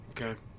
Okay